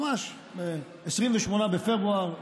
ממש ב-28 בפברואר 2022,